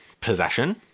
possession